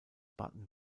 baden